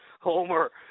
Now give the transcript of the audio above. Homer